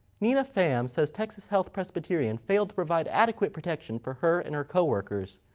nina pham says texas health presbyterian failed to provide adequate protection for her and her co-workers.